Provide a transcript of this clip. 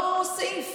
לא סעיף.